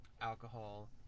alcohol